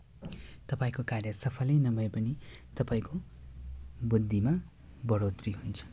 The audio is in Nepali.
तपाईँको कार्य सफलै नभए पनि तपाईँको बुद्धिमा बढोत्तरी हुन्छ